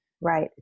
Right